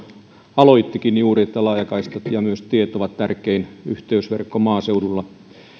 aloittikin juuri laajakaistat ja myös tiet ovat tärkein yhteysverkko maaseudulla